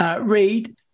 read